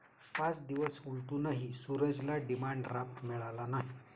पाच दिवस उलटूनही सूरजला डिमांड ड्राफ्ट मिळाला नाही